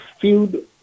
feud